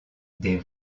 des